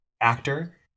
actor